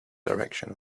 direction